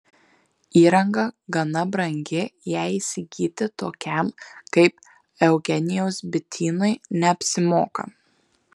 įranga gana brangi ją įsigyti tokiam kaip eugenijaus bitynui neapsimoka